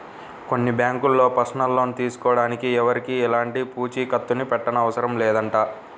కొన్ని బ్యాంకుల్లో personal loan తీసుకోడానికి ఎవరికీ ఎలాంటి పూచీకత్తుని పెట్టనవసరం లేదంట